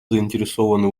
заинтересованы